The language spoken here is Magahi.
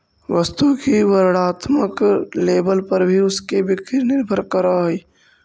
वस्तु की वर्णात्मक लेबल पर भी उसकी बिक्री निर्भर करअ हई